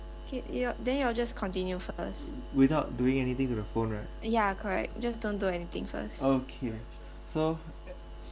without doing anything to the phone right okay so